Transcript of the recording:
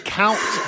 count